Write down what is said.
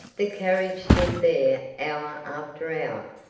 the carriage stood there hour after hour,